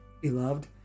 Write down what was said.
beloved